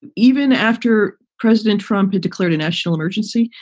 and even after president trump had declared a national emergency,